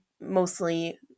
mostly